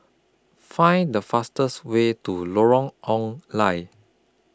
Find The fastest Way to Lorong Ong Lye